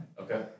okay